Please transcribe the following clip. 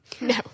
No